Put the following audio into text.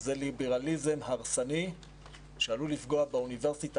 זה ליברליזם הרסני שעלול לפגוע באוניברסיטה